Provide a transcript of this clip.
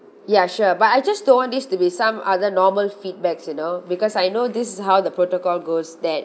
ya sure but I just don't want this to be some other normal feedbacks you know because I know this is how the protocol goes that